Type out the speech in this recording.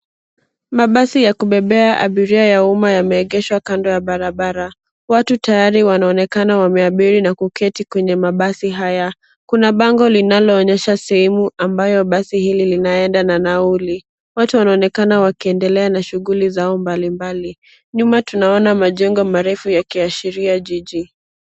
Mabasi ya kubebea abiria ya umma yameegeshwa kando ya barabara. Watu tayari wanaonekana wameabiri na kuketi kwenye mabasi haya, kuna bango linaloonyesha sehemu ambayo basi hili linaenda na nauli. watu wanaonekana wakiendelea na shughuli zao mbali mbali. Nyuma tunaona majengo marefu yakiashiria jiji.